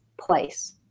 place